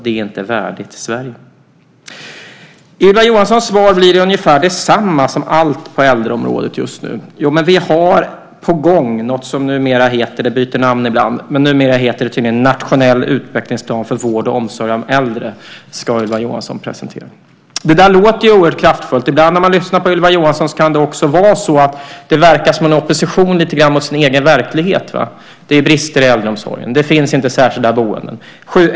Det är inte värdigt Sverige. Ylva Johanssons svar blir ungefär detsamma som allt på äldreområdet just nu. Det sägs att man har på gång något som numera heter - det byter namn ibland - Nationell utvecklingsplan för vård och omsorg av äldre. Detta ska Ylva Johansson presentera. Det där låter ju väldigt kraftfullt. Ibland när man lyssnar på Ylva Johansson kan det också vara så att det verkar som om hon är i opposition mot sin egen verklighet. Det är brister i äldreomsorgen. Det finns inte särskilda boenden.